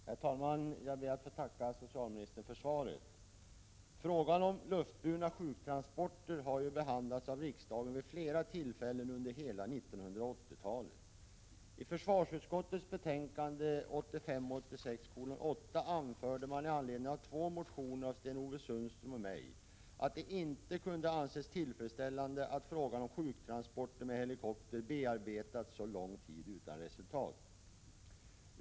Herr talman! Jag ber att få tacka socialministern för svaret. Frågan om luftburna sjuktransporter har ju behandlats av riksdagen vid flera tillfällen under hela 1980-talet. I försvarsutskottets betänkande 1985/ 86:8 anförde man i anledning av två motioner av Sten-Ove Sundström och mig att det inte kunde anses tillfredsställande att frågan om sjuktransporter med helikopter bearbetats så lång tid utan resultat.